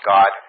God